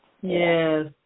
Yes